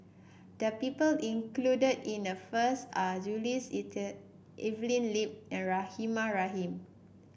the people included in the first are Jules Itier Evelyn Lip and Rahimah Rahim